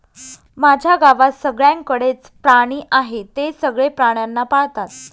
माझ्या गावात सगळ्यांकडे च प्राणी आहे, ते सगळे प्राण्यांना पाळतात